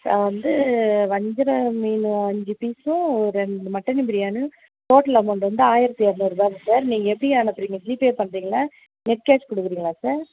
ஆ வந்து வஞ்சரம் மீன் அஞ்சு பீசும் ரெண்டு மட்டனு பிரியாணியும் டோட்டல் அமௌண்ட்டு வந்து ஆயிரத்து இரநூறுவா சார் நீங்கள் எப்படி அனுப்புறிங்க ஜிபே பண்ணுறிங்களா நெட் கேஷ் கொடுக்கிறீங்களா சார்